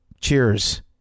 Cheers